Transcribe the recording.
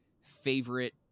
favorite